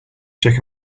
check